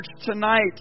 tonight